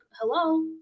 hello